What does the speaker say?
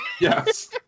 Yes